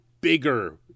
bigger